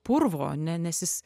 purvo ne nes jis